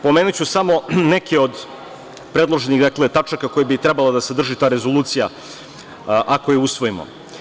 Pomenuću samo neke od predloženih tačaka koje bi trebala da sadrži ta rezolucija ako je usvojimo.